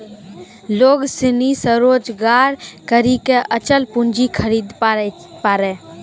लोग सनी स्वरोजगार करी के अचल पूंजी खरीदे पारै